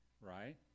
right